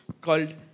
called